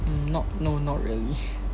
mm not no not really